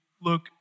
look